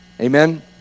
Amen